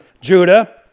Judah